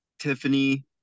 Tiffany